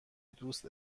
دوست